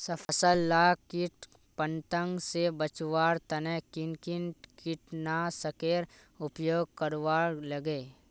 फसल लाक किट पतंग से बचवार तने किन किन कीटनाशकेर उपयोग करवार लगे?